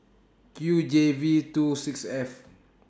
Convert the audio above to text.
Q J V two six F